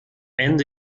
ende